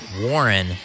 Warren